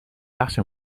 بخش